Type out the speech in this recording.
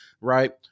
right